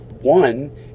one